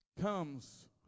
comes